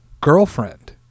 girlfriend